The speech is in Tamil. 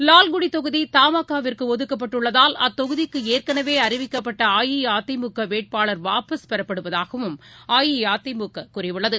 லால்குடதொகுதி மாகாவிற்குஒதுக்கப்பட்டுள்ளதால் அத்தொகுதிக்குஏற்கனவேஅறிவிக்கப்பட்டஅஇஅதிமுகவேட்பாளர் வாபஸ் பெறப்படுவதாகவும் அஇஅதிமுககூறியுள்ளது